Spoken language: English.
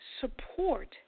support